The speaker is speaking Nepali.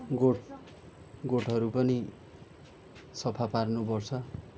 गोठ गोठहरू पनि सफा पार्नुपर्छ